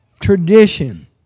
tradition